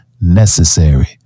necessary